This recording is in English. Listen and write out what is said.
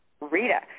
Rita